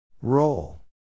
Roll